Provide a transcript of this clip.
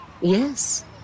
Yes